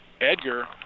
Edgar